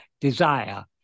desire